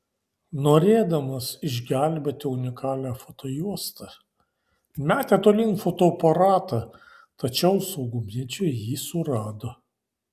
norėdamas išgelbėti unikalią fotojuostą metė tolyn fotoaparatą tačiau saugumiečiai jį surado